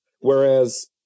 Whereas